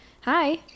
Hi